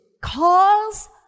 cause